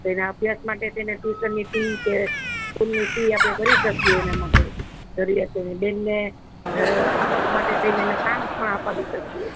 તો અભ્યાસ માટે થઈને ટ્યૂશનની ફી છે સ્કૂલની ફી આપણે ભરી શકીએ એના માટે જરૂરીયાતો એને બેનને આવક માટે તેમને કામ પણ આપવા